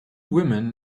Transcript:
women